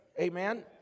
amen